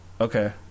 Okay